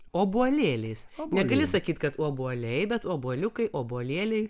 obuolėliais negali sakyt kad obuoliai bet obuoliukai obuolėliai